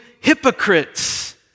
hypocrites